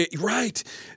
Right